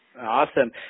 Awesome